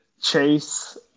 Chase